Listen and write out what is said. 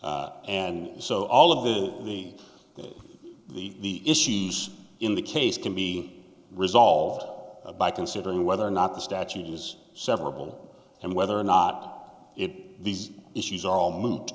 and so all of this the that the issues in the case can be resolved by considering whether or not the statute is several and whether or not it these issues are all mo